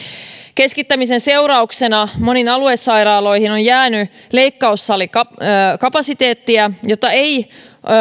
keskittämisen seurauksena moniin aluesairaaloihin on jäänyt leikkaussalikapasiteettia jota ei